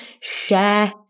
share